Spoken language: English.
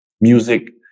music